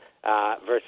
Versus